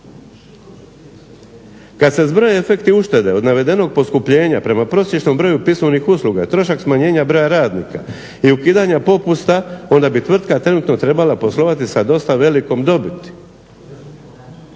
Kad se zbroje efekti uštede od navedenog poskupljenja prema prosječnom broju pismovnih usluga, trošak smanjenja broja radnika i ukidanja popusta onda bi tvrtka trenutno trebala poslovati sa dosta velikom dobiti.